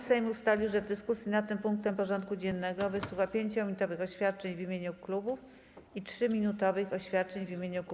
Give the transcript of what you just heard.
Sejm ustalił, że w dyskusji nad tym punktem porządku dziennego wysłucha 5-minutowych oświadczeń w imieniu klubów i 3-minutowych oświadczeń w imieniu kół.